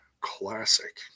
classic